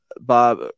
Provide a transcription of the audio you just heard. Bob